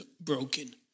broken